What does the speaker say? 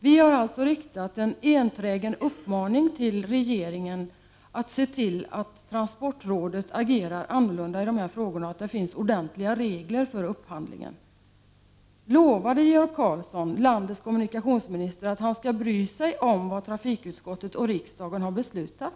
Vi har alltså riktat en enträgen uppmaning till regeringen att se till att transportrådet agerar annorlunda i dessa frågor, och att det finns ordentliga regler för upphandlingen. Lovade Georg Karlsson, landets kommunikationsminister, att han skall bry sig om vad trafikutskottet och riksdagen har beslutat?